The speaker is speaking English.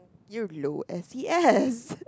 you low S_E_S